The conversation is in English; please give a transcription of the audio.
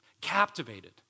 captivated